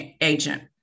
agent